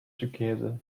together